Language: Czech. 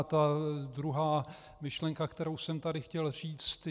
A ta druhá myšlenka, kterou jsem tady chtěl říct.